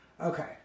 Okay